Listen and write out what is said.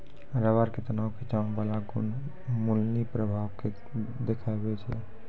rubber के तनाव खिंचाव बाला गुण मुलीं प्रभाव के देखाबै छै